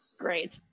great